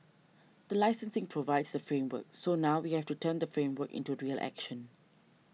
the licensing provides the framework so now we have to turn the framework into real action